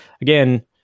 again